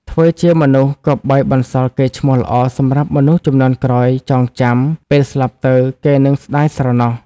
ធ្វើជាមនុស្សគប្បីបន្សល់កេរ្តិ៍ឈ្មោះល្អសម្រាប់មនុស្សជំនាន់ក្រោយចងចាំ ពេលស្លាប់ទៅគេនឹកស្តាយស្រណោះ ។